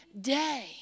day